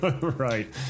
Right